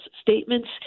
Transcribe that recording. statements